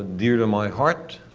dear to my heart,